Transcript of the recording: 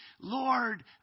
Lord